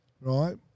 right